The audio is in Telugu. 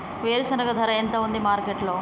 వేరుశెనగ ధర ఎంత ఉంది మార్కెట్ లో?